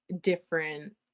different